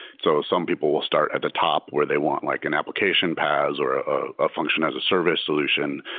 so some people will start at the top where they want like an application paas or ah ah a function as a service solution,